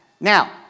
now